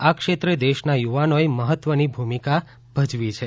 આ ક્ષેત્રે દેશના યુવાનોએ મહત્વની ભૂમિકા ભજવી છે